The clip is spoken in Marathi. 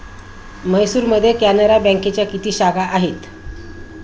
म्हैसूरमध्ये कॅनरा बँकेच्या किती शाखा आहेत?